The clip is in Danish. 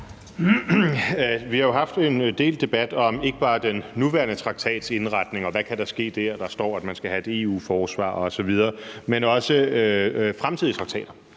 Vi har jo haft en del debat om ikke bare den nuværende traktats indretning, og hvad der kan ske der; og der står, at man skal have et EU-forsvar osv., men også om fremtidige traktater.